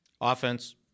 Offense